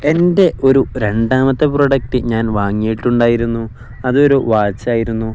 എൻ്റെ ഒരു രണ്ടാമത്തെ പ്രോഡക്റ്റ് ഞാൻ വാങ്ങിയിട്ടുണ്ടായിരുന്നു അതൊരു വാച്ച് ആയിരുന്നു